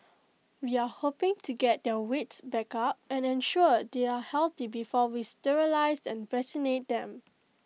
we are hoping to get their weight back up and ensure they are healthy before we sterilise and vaccinate them